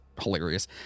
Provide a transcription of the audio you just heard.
hilarious